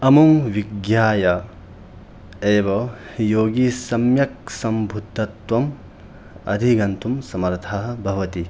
अमुं विज्ञाय एव योगी सम्यक् सम्भूतत्त्वम् अधिगन्तुं समर्थः भवति